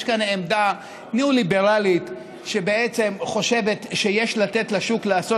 יש כאן עמדה ניאו-ליברלית שבעצם חושבת שיש לתת לשוק לעשות